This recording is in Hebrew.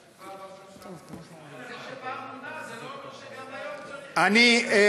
אבל זה שפעם מונה זה לא אומר שגם היום צריך, כבוד